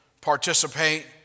participate